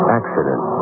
accident